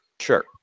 Sure